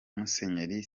musenyeri